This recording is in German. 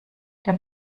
der